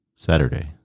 saturday